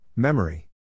Memory